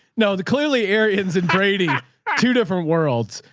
no, the clearly erin's in brady two different worlds,